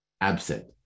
absent